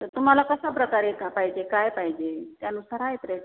तर तुम्हाला कशा प्रकारे कापायचे आहे काय पाहिजे त्यानुसार आहेत रेट